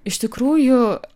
iš tikrųjų